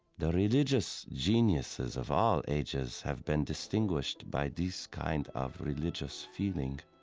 the religious geniuses of all ages have been distinguished by this kind of religious feeling.